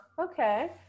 okay